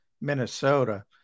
Minnesota